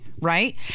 right